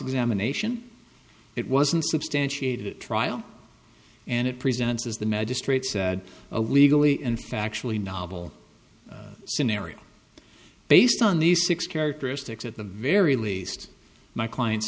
examination it wasn't substantiated at trial and it presents as the magistrate said illegally and factually novel scenario based on these six characteristics at the very least my client